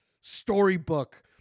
storybook